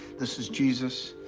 this is jesus.